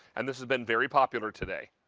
and this has been very popular today.